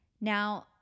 Now